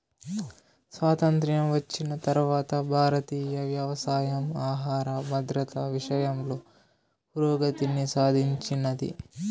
స్వాతంత్ర్యం వచ్చిన తరవాత భారతీయ వ్యవసాయం ఆహర భద్రత విషయంలో పురోగతిని సాధించినాది